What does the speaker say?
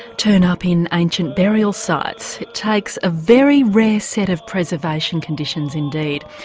turn up in ancient burial sites. it takes a very rare set of preservation conditions indeed.